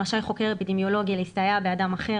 רשאי חוקר אפידמיולוגי להסתייע באדם אחר